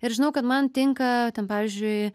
ir žinau kad man tinka ten pavyzdžiui